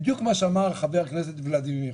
בדיוק מה שאמר חבר הכנסת ולדימיר